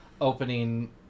Opening